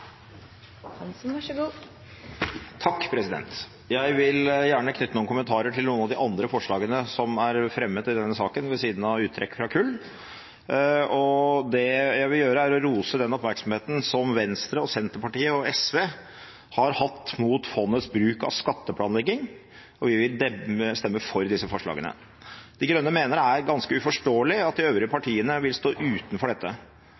og teknologi. Så er det også verdt å understreke den enigheten som er fra en samlet komité, om at det ikke skal vurderes nye produktuttrekk fra andre virksomheter eller sektorer enn kull. Jeg vil gjerne knytte noen kommentarer til noen av de andre forslagene som er fremmet i denne saken, ved siden av uttrekk fra kull. Det jeg vil gjøre, er å rose Venstre, Senterpartiet og SV for den oppmerksomheten de har hatt mot fondets bruk av skatteplanlegging, og vi vil stemme for disse forslagene.